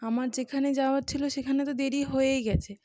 আমার যেখানে যাওয়ার ছিল সেখানে তো দেরি হয়েই গেছে